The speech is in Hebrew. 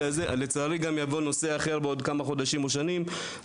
לצערי גם יבוא נושא אחר בעוד כמה חודשים או שנים.